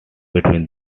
between